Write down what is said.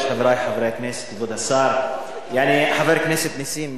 חבר הכנסת נסים זאב,